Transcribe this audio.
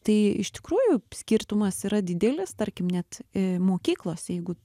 tai iš tikrųjų skirtumas yra didelis tarkim net mokyklose jeigu